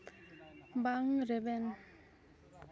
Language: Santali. ᱵᱟᱝ ᱨᱮᱵᱮᱱ